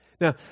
Now